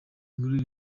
inkuru